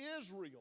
Israel